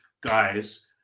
guys